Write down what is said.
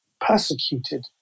persecuted